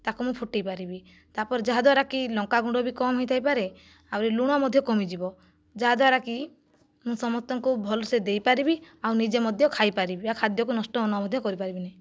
ତାକୁ ମୁଁ ଫୁଟାଇ ପାରିବି ତା'ପରେ ଯାହାଦ୍ୱାରା କି ଲଙ୍କା ଗୁଣ୍ଡ ବି କମ ହୋଇ ଥାଇପରେ ଆହୁରି ଲୁଣ ମଧ୍ୟ କମିଯିବ ଯାହାଦ୍ୱାରା କି ସମସ୍ତଙ୍କୁ ଭଲ ସେ ଦେଇପାରିବି ଆଉ ନିଜେ ମଧ୍ୟ ଖାଇପାରିବି ଆଉ ଖାଦ୍ୟକୁ ନଷ୍ଟ ନ ମଧ୍ୟ କରିପାରିବିନି